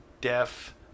deaf